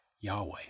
Yahweh